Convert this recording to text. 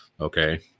Okay